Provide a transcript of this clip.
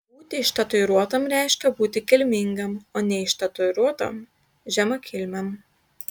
būti ištatuiruotam reiškia būti kilmingam o neištatuiruotam žemakilmiam